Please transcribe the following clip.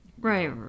right